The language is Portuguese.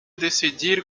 decidir